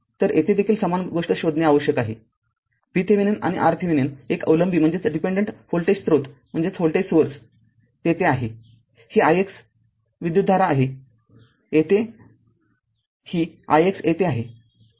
तर येथे देखील समान गोष्ट शोधने आवश्यक आहे VThevenin आणि RThevenin एक अवलंबी व्होल्टेज स्रोत तेथे आहे ही ix आहे विद्युतधारा ix येथे आहे ही ix येथे आहे